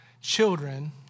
children